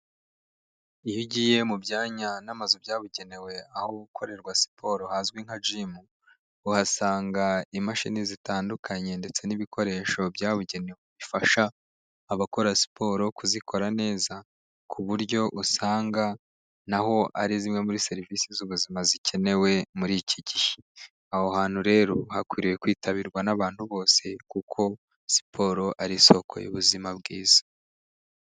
Iyo ugiye mu byanya n'amazu byabugenewe aho gukorerwa siporo hazwi nka jimu, uhasanga imashini zitandukanye ndetse n'ibikoresho byabugenewe bifasha abakora siporo kuzikora neza, ku buryo usanga naho ari zimwe muri serivise z'ubuzima zikenewe muri iki gihe. Aho hantu rero hakwiriye kwitabirwa n'abantu bose, kuko siporo ari isoko y'ubuzima bwiza.